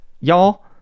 y'all